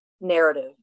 narrative